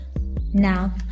Now